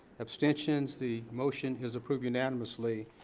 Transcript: abstentions. the motion is approved unanimously.